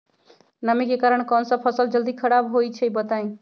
नमी के कारन कौन स फसल जल्दी खराब होई छई बताई?